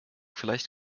vielleicht